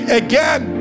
again